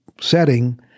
setting